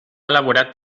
elaborat